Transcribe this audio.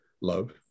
love